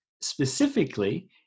specifically